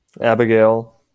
abigail